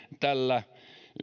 tällä